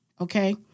okay